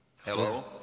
Hello